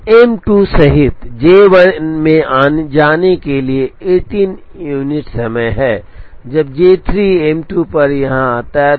और एम 2 सहित जे 1 में जाने के लिए 18 यूनिट समय है जब जे 3 एम 2 पर यहां आता है